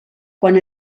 quan